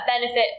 benefit